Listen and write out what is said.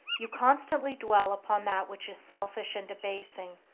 you constantly dwell upon that which is selfish and debasing,